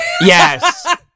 yes